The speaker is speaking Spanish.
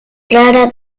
clara